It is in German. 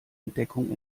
entdeckung